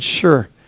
sure